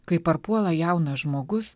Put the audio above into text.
kai parpuola jaunas žmogus